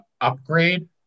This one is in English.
Upgrade